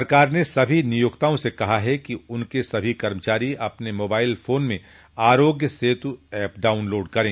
सरकार ने सभी नियोक्ताओं से कहा है कि उनके सभी कर्मचारी अपने मोबाइल फोन में आरोग्य सेतु एप डाउनलोड करें